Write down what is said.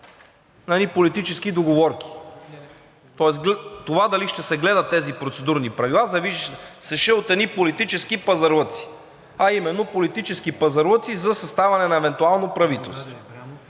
едни политически договорки. Тоест това дали ще се гледат тези процедурни правила зависеше от едни политически пазарлъци, а именно: политически пазарлъци за съставяне на евентуално правителство.